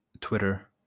twitter